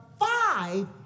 five